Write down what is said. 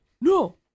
No